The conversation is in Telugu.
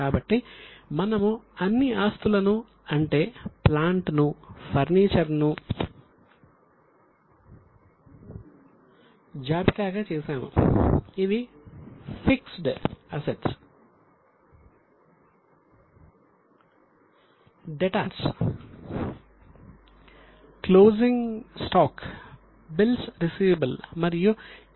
కాబట్టి మనము అన్ని ఆస్తులను అంటే ప్లాంట్ను ఫర్నిచర్ ను జాబితాగా చేసాము ఇవి ఫిక్స్డ్ అసెట్స్ ఉన్నారు